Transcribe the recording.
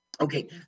Okay